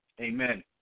Amen